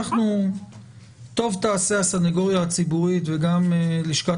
טוב תעשה הסנגוריה הציבורית וגם לשכת